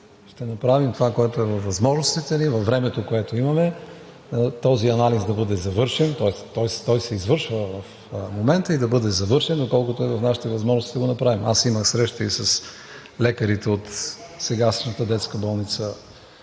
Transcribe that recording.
Ще направим това, което е във възможностите ни и във времето, което имаме, този анализ да бъде завършен, тоест той се извършва в момента и да бъде завършен, доколкото е в нашите възможности да го направим. Аз имах среща и с лекарите от сегашната детска болница,